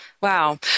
Wow